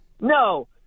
no